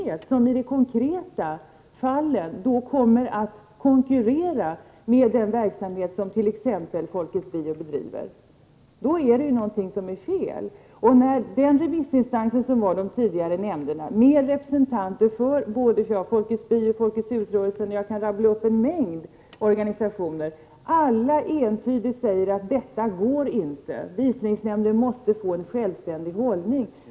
Denna kommer i de konkreta fallen att konkurrera med den verksamhet som t.ex. Folkets Bio bedriver. När situationen är sådan är det något som är fel. Den remissinstans som utgörs av de tidigare omtalade nämnderna, med representanter från Folkets Bio, Folkets hus-rörelsen och en mängd andra organisationer som jag kan räkna upp, denna remissinstans säger nu entydigt att det inte går, att Visningsnämnden måste få en självständig hållning.